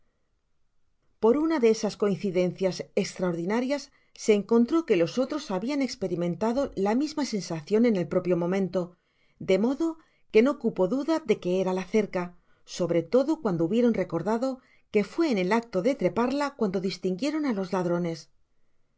por una de esas coincidencias estraordinarias se encontró que los otros habian esperimentado la misma sensacion en el propio momento de modo que no cupo duda de que era la cerca sobre todo cuando hubieron recordado que fué en el acto de treparla cuando distinguieron á los ladrones el